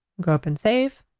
go up and save,